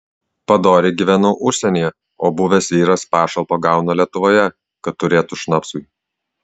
padoriai gyvenu užsienyje o buvęs vyras pašalpą gauna lietuvoje kad turėtų šnapsui